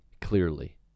clearly